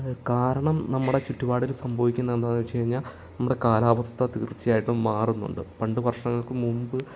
കാരണം നമ്മുടെ ചുറ്റുപാടിൽ സംഭവിക്കുന്നത് എന്താന്നു വെച്ചുകഴിഞ്ഞാൽ നമ്മുടെ കാലാവസ്ഥ തീർച്ചയായും മാറുന്നുണ്ട് പണ്ട് വർഷങ്ങൾക്കു മുമ്പ്